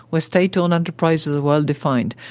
where state-owned enterprises are well defined,